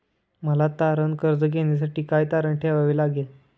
मला तारण कर्ज घेण्यासाठी काय तारण ठेवावे लागेल?